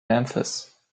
memphis